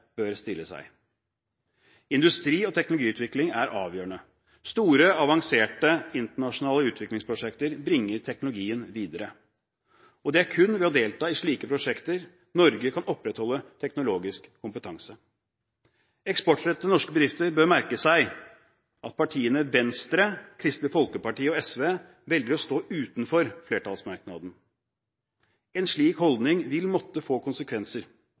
bør stille seg. Industri og teknologiutvikling er avgjørende. Store, avanserte internasjonale utviklingsprosjekter bringer teknologien videre, og det er kun ved å delta i slike prosjekter at Norge kan opprettholde teknologisk kompetanse. Eksportrettede norske bedrifter bør merke seg at partiene Venstre, Kristelig Folkeparti og SV velger å stå utenfor flertallsmerknaden. En slik holdning vil måtte få konsekvenser,